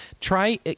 Try